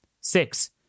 Six